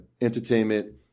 entertainment